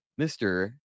Mr